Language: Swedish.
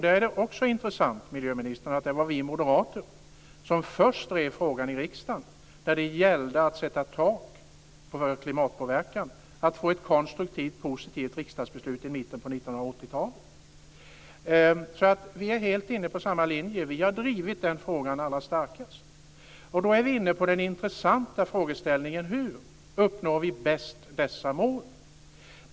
Där är det också intressant, miljöministern, att det var vi moderater som först drev frågan i riksdagen när det gällde att sätta tak för klimatpåverkan, att få ett konstruktivt positivt riksdagsbeslut i mitten av 1980-talet. Vi är helt inne på samma linje. Vi har drivit den frågan allra starkast. Då är vi inne på den intressanta frågeställningen hur vi bäst uppnår dessa mål.